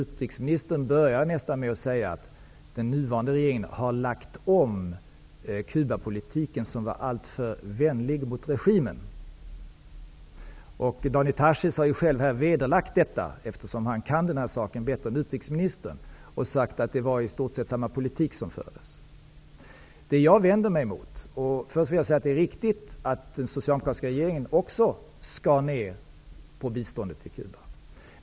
Utrikesministern började med att säga att den nuvarande regeringen har lagt om Cubapolitiken, som var alltför vänlig mot regimen. Daniel Tarschys har själv vederlagt detta, eftersom han kan den här saken bättre än utrikesministern. Han sade att i stort sett fördes samma politik. Det är riktigt att den socialdemokratiska regeringen också skar ner på biståndet till Cuba.